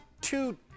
two